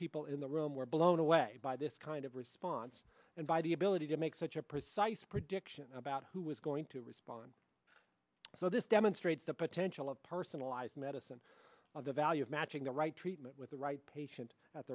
people in the room were blown away by this kind of response and by the ability to make such a precise prediction about who was going to respond so this demonstrates the potential of personalized medicine of the value of matching the right treatment with the right patient at